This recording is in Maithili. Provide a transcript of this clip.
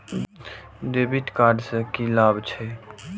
डेविट कार्ड से की लाभ छै?